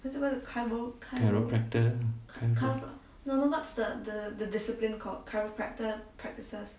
chiropractor uh chiro~